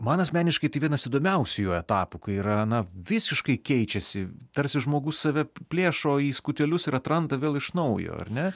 man asmeniškai tai vienas įdomiausių jų etapų kai yra na visiškai keičiasi tarsi žmogus save plėšo į skutelius ir atranda vėl iš naujo ar ne